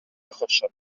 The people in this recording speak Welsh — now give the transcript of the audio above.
achosion